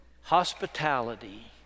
hospitality